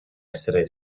essere